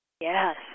Yes